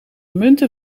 munten